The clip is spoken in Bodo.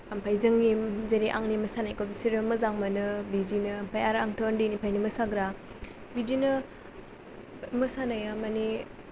ओमफाय जोंनि जेरै आंनि मोसानायखौ बिसोरो मोजां मोनो बिदिनो ओमफाय आङो उन्दैनिफ्रायनो मोसाग्रा बिदिनो मोसानाया माने